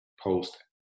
post